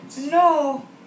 No